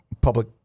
public